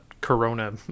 corona